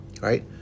right